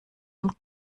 und